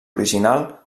original